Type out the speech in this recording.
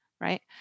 right